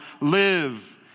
live